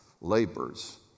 labors